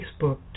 Facebook